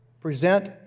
present